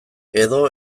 edo